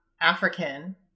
African